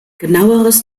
genaueres